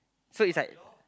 so is like